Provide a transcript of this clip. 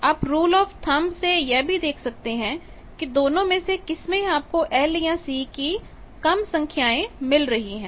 आप rule of thumb से यह भी देख सकते हैं कि दोनों में से किसमें आपको L या C की कम संख्याएं मिल रही हैं